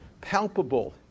palpable